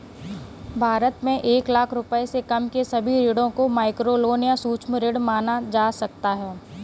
भारत में एक लाख रुपए से कम के सभी ऋणों को माइक्रोलोन या सूक्ष्म ऋण माना जा सकता है